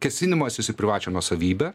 kėsinimasis į privačią nuosavybę